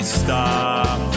stop